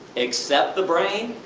except the brain?